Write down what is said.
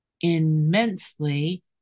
immensely